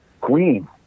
Queen